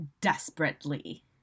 desperately